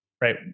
right